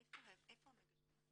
איפה המגשרים?